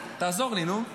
ותעזור לי, נו.